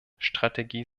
strategie